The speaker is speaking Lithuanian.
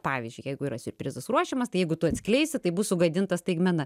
pavyzdžiui jeigu yra siurprizas ruošiamas tai jeigu tu atskleisi tai bus sugadinta staigmena